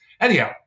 Anyhow